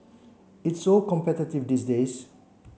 it's so competitive these days